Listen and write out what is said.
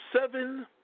seven